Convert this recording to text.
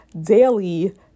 daily